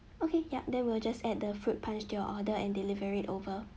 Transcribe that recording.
okay yup then we'll just add the fruit punch to your order and deliver it over